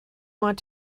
want